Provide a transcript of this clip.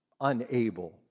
unable